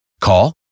Call